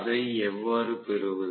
அதை எவ்வாறு பெறுவது